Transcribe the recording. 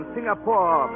Singapore